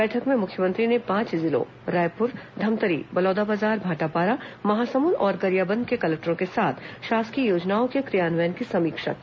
बैठक में मुख्यमंत्री ने पांच जिलों रायपुर धमतरी बलौदाबाजार भाटापारा महासमूंद और गरियाबंद के कलेक्टरों के साथ शासकीय योजनाओं के िक्र यान्वयन की समीक्षा की